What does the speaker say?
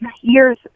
years